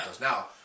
now